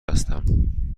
هستم